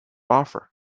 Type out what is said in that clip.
offer